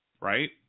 right